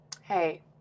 hey